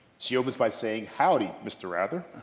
she opens by saying, howdy, mr. rather.